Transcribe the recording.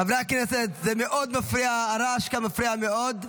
חברי הכנסת, הרעש כאן מפריע מאוד.